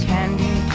Candy